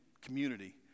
community